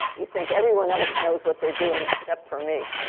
you think everyone else knows what they're doing except for me.